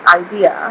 idea